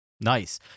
Nice